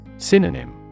Synonym